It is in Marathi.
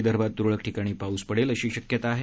विदर्भात तुरळक ठिकाणी पाऊस पडण्याची शक्यता आहे